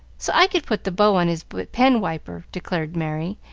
so i could put the bow on his pen-wiper, declared merry,